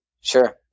sure